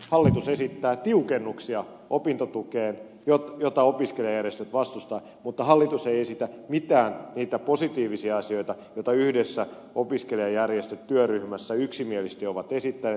hallitus esittää tiukennuksia opintotukeen jota opiskelijajärjestöt vastustavat mutta hallitus ei esitä mitään niitä positiivisia asioita joita yhdessä opiskelijajärjestöt työryhmässä yksimielisesti ovat esittäneet